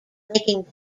making